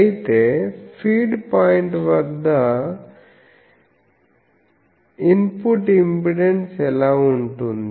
అయితే feed point వద్ద input impedance ఎలా ఉంటుంది